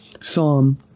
Psalm